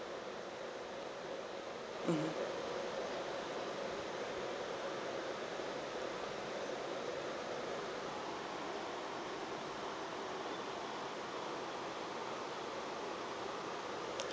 mmhmm